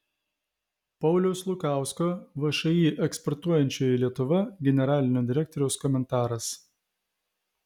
pauliaus lukausko všį eksportuojančioji lietuva generalinio direktoriaus komentaras